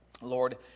Lord